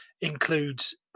includes